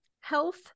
health